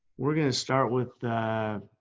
we're going to start with,